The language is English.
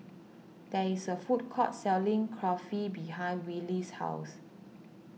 there is a food court selling Kulfi behind Willie's house